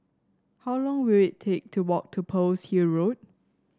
how long will it take to walk to Pearl's Hill Road